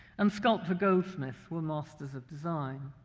and sculptor-goldsmiths were masters of design.